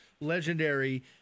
legendary